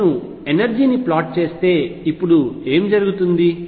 నేను ఎనర్జీ ని ప్లాట్ చేస్తే ఇప్పుడు ఏమి జరుగుతుంది